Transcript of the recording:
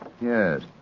Yes